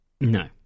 No